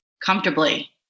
comfortably